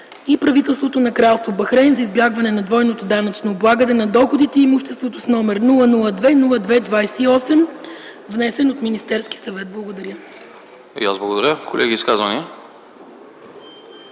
и правителството на Кралство Бахрейн за избягване на двойното данъчно облагане на доходите и имуществото, № 002-02-28, внесен от Министерския съвет.” Благодаря.